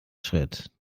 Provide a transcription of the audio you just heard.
schritt